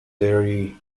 theory